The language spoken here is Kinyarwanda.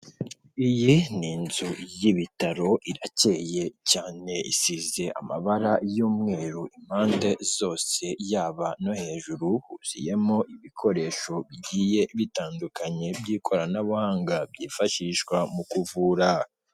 Iyi ni inzu y'ibitaro irakeye cyane isize amabara y'umweru impande zose yaba no hejuru, huzuyemo ibikoresho bigiye bitandukanye by'ikoranabuhanga byifashishwa mu kuvura.